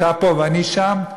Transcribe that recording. אתה פה ואני שם,